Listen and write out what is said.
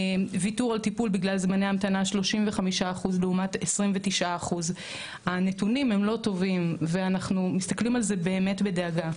ויתור על טיפול בגלל זמני המתנה 35% לעומת 29%. הנתונים הם לא טובים ואנחנו מסתכלים על זה באמת בדאגה.